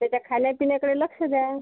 त्याच्या खाण्यापिण्याकडे लक्ष द्या